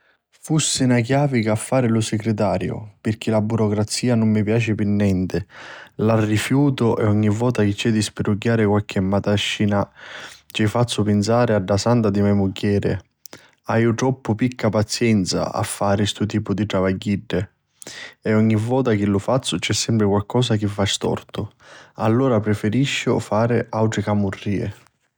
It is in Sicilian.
Fussi na chiavica a fari lu sigritariu, pirchì la burocrazia nun mi piaci pi nenti, la rifiutu e ogni vota chi c'è di spirugghiari qualchi matascina ci fazzu pinsari a dda santa di me mugghieri. Haiu troppu picca pacenzia a fari di stu tipu di travagghieddi e ogni vota chi li fazzu c'è sempri qualchi cosa chi va stortu. Allura prifirisciu fari àutri camurrìi.